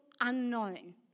unknown